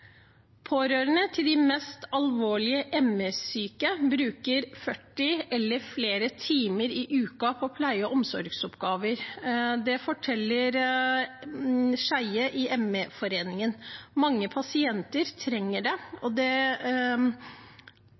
Pårørende til de mest alvorlig ME-syke bruker 40 eller flere timer i uka på pleie- og omsorgsoppgaver. Det forteller Schei i ME-foreningen. Mange pasienter trenger det, og